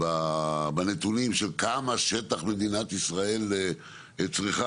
בנתונים של כמה שטח מדינת ישראל צריכה,